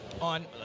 on